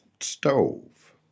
stove